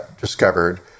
discovered